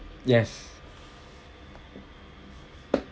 yes